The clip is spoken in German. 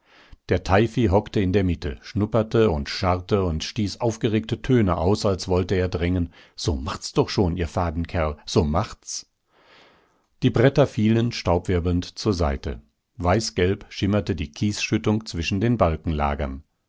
der teifi hockte in der mitte schnupperte und scharrte und stieß aufgeregte töne aus als wollte er drängen so macht's doch schon ihr faden kerl so macht's die bretter fielen staubwirbelnd zur seite weißgelb schimmerte die kiesschüttung zwischen den